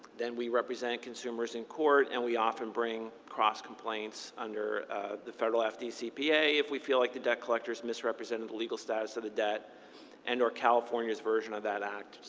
then we represent consumers in court and we often bring cross-complaints under the federal fdcpa if we feel like the debt collector's misrepresented legal status of the debt and or california's version of that act,